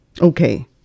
Okay